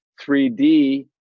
3D